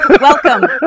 Welcome